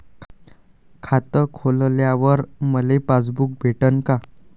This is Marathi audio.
खातं खोलल्यावर मले पासबुक भेटन का?